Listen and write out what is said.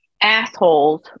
assholes